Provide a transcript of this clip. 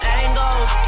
angles